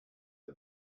the